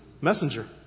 messenger